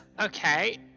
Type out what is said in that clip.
Okay